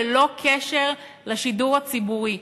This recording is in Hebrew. ללא קשר לשידור הציבורי.